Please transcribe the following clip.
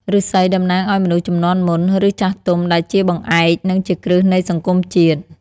ឫស្សីតំណាងឱ្យមនុស្សជំនាន់មុន ឬចាស់ទុំដែលជាបង្អែក និងជាគ្រឹះនៃសង្គមជាតិ។